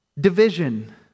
Division